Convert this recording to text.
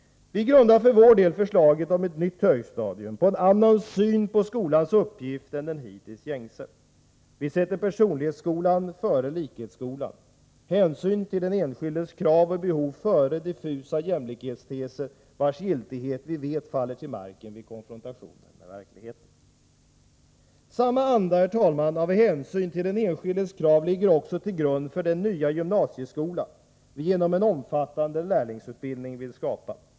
Vi grundar för vår del förslaget om ett nytt högstadium på en annan syn på skolans uppgift än den hittills gängse. Vi sätter personlighetsskolan före likhetsskolan, hänsynen till den enskildes krav och behov före diffusa jämlikhetsteser, vilkas giltighet vi vet faller till marken vid konfrontationen med verkligheten. Samma anda av hänsyn till den enskildes krav ligger också till grund för den nya gymnasieskola som vi genom en omfattande lärlingsutbildning vill skapa.